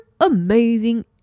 amazing